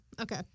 Okay